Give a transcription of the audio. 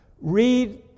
read